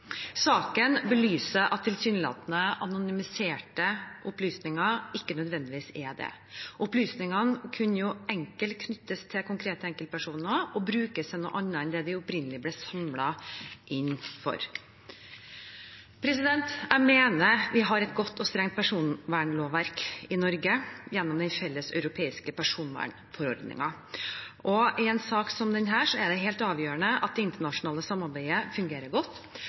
Saken belyser at tilsynelatende anonymiserte opplysninger muligens ikke nødvendigvis er det. Opplysningene kunne enkelt knyttes til konkrete enkeltpersoner og brukes til noe annet enn det de opprinnelig ble samlet inn for. Jeg mener vi har et godt og strengt personvernlovverk i Norge gjennom den felleseuropeiske personvernforordningen. I en sak som dette er det helt avgjørende at det internasjonale samarbeidet fungerer godt.